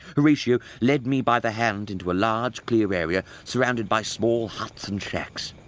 horatio led me by the hand into a large clear area, surrounded by small huts and shacks.